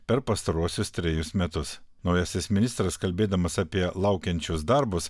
per pastaruosius trejus metus naujasis ministras kalbėdamas apie laukiančius darbus